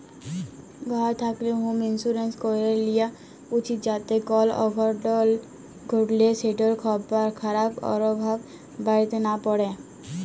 ঘর থ্যাকলে হম ইলসুরেলস ক্যরে লিয়া উচিত যাতে কল অঘটল ঘটলে সেটর খারাপ পরভাব বাড়িতে লা প্যড়ে